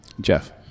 Jeff